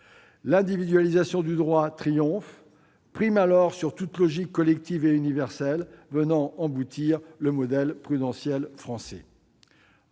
L'individualisation du droit triomphe, primant toute logique collective et universelle et venant emboutir le modèle prudentiel français.